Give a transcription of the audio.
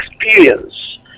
experience